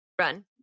run